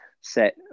set